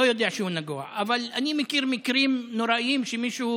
אבל אני מכיר מקרים נוראיים שמישהו